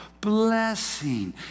blessing